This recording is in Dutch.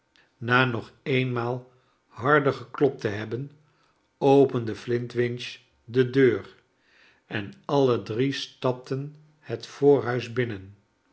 na nog eenmaal harder geklopt te hebben opende flintwinch de deur en alle drie stapten het voorhuis binnen